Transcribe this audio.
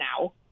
now